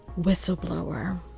whistleblower